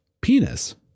Penis